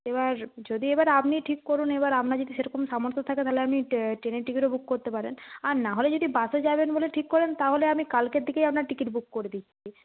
এবার যদি এবার আপনি ঠিক করুন এবার আপনার যদি সেরকম সামর্থ্য থাকে তাহলে আপনি ট্রেনের টিকিটও বুক করতে পারেন আর না হলে যদি বাসে যাবেন বলে ঠিক করেন তাহলে আমি কালকের দিকেই আপনার টিকিট বুক করে দিচ্ছি